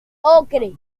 ocre